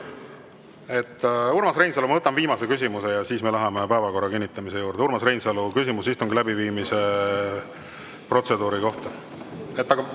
… Urmas Reinsalu, ma võtan viimase küsimuse ja siis me läheme päevakorra kinnitamise juurde. Urmas Reinsalu, küsimus istungi läbiviimise protseduuri kohta.